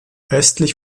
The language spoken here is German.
östlich